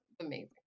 amazing